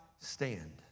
stand